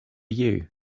you